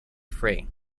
free